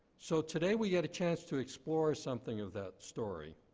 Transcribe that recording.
so today we had a chance to explore something of that story.